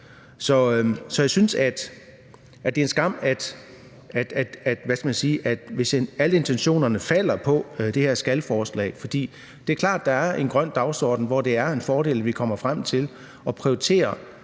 Så jeg synes, at det er en skam, hvis alle intentionerne falder på den her »skal«-bestemmelse. For det er klart, at der er en grøn dagsorden, hvor det er en fordel, at vi kommer frem til at prioritere